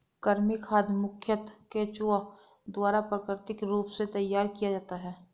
कृमि खाद मुखयतः केंचुआ द्वारा प्राकृतिक रूप से तैयार किया जाता है